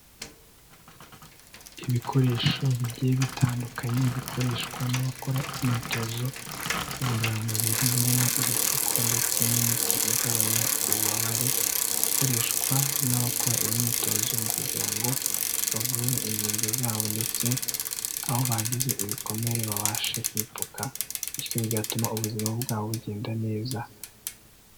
Ibikoresho bigiye bitandukanye bikoreshwa n'abakora imyitozo ngororamubiri, birimo ibipfuko ndetse n'imiti igabanya ububabare, ikoreshwa n'abakora imyitozo kugira ngo bavure ingingo zabo ndetse aho bagize ibikomere babashe kwipfuka bityo bigatuma ubuzima bwabo bugenda neza.